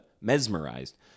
mesmerized